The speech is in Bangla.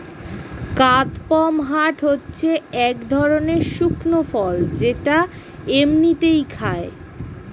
কাদপমহাট হচ্ছে এক ধরণের শুকনো ফল যেটা এমনিই খায়